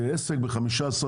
העסק ב-15%,